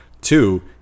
Two